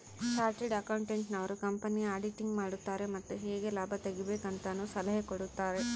chartered accountant ನವರು ಕಂಪನಿಯ auditing ಮಾಡುತಾರೆ ಮತ್ತು ಹೇಗೆ ಲಾಭ ತೆಗಿಬೇಕು ಅಂತನು ಸಲಹೆ ಕೊಡುತಾರೆ